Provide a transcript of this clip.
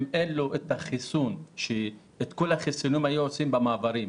אם אין לו את החיסון את כל החיסונים היו עושים במעברים.